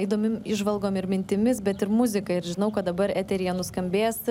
įdomiom įžvalgom ir mintimis bet ir muzika ir žinau kad dabar eteryje nuskambės